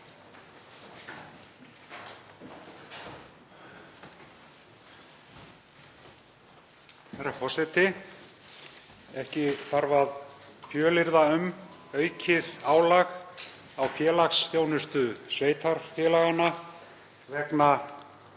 Herra forseti. Ekki þarf að fjölyrða um aukið álag á félagsþjónustu sveitarfélaganna vegna